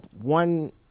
one